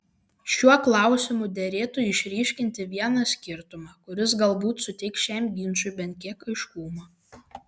šiuo klausimu derėtų išryškinti vieną skirtumą kuris galbūt suteiks šiam ginčui bent kiek aiškumo